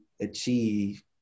achieve